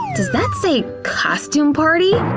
does that say costume party?